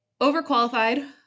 overqualified